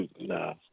Nah